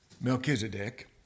Melchizedek